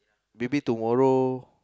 maybe tomorrow